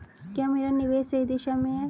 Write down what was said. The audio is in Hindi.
क्या मेरा निवेश सही दिशा में है?